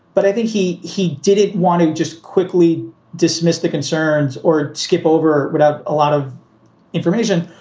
but i think he he didn't want to just quickly dismiss the concerns or skip over without a lot of information.